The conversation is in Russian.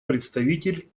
представитель